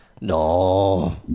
No